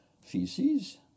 feces